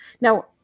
Now